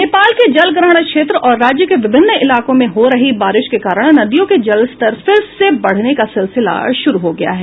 नेपाल के जलग्रहण क्षेत्र और राज्य के विभिन्न इलाकों में हो रही बारिश के कारण नदियों का जलस्तर फिर से बढ़ने का सिलसिला शुरू हो गया है